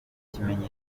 cy’uko